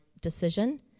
decision